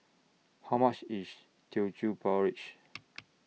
How much IS Teochew Porridge